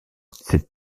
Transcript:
ses